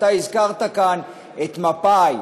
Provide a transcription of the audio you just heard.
הזכרת כאן את מפא"י.